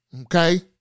Okay